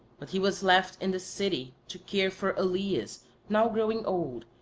but he was left in the city to care for aleus now growing old,